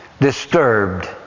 disturbed